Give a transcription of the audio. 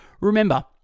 remember